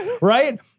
Right